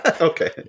Okay